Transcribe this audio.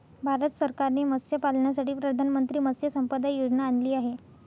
भारत सरकारने मत्स्यपालनासाठी प्रधानमंत्री मत्स्य संपदा योजना आणली आहे